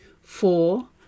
Four